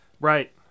Right